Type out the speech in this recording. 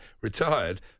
retired